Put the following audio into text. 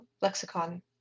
lexicon